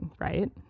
right